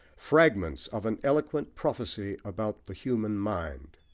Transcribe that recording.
fragments of an eloquent prophecy about the human mind.